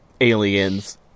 Aliens